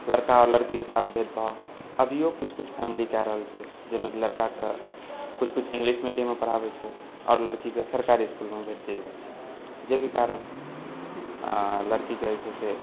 लड़का आओर लड़कीके साथ भेदभाव अभियो कुछ कुछ फैमिली कए रहल छै जाहिमे कि लड़काके कुछ कुछ इंग्लिश मीडियममे पढ़ाबै छै आओर लड़कीके सरकारी इसकुलमे भेज देल जाइ छै जाहिके कारण लड़कीके जे छै से